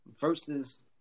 versus